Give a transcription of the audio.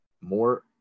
more